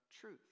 truth